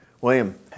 William